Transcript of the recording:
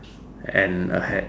and a hat